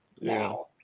Now